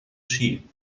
ski